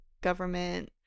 government